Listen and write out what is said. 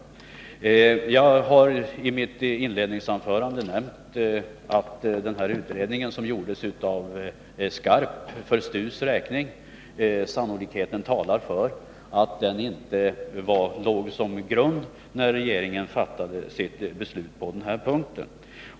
I mitt inledningsanförande nämnde jag att den utredning som gjordes av Sven-Uno Skarp för STU:s räkning sannolikt inte låg till grund för regeringens beslut på denna punkt.